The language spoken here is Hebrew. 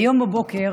היום בבוקר